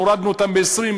הורדנו את מחיריהם ב-20%,